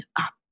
up